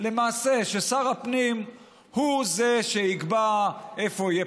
למעשה ששר הפנים הוא שיקבע איפה יהיה